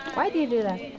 why do you do that?